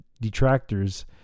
detractors